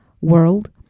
world